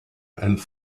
and